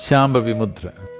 shambhavi mudra